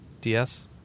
DS